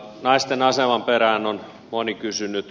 naisten aseman perään on moni kysynyt